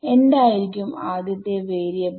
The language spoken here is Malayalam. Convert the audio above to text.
എന്തായിരിക്കും ആദ്യത്തെ വാരിയബിൾ